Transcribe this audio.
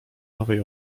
nowej